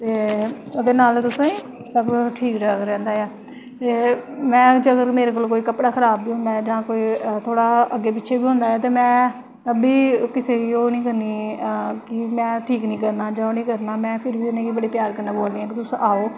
ओह्दे नाल तुसें सब ठीक ठाक रैंह्दा ऐ ते में जे मेरे कोला दा कोई कपड़ा खराब बी होंदा जां थोह्ड़ा हारा अग्गें पिच्छें बी होंदा ऐ ते में एह् निं करनीं कि में ठीक निं करना जां कुश करना में उ'नें गी बड़े प्यार कन्नै बोलनी आं कि आओ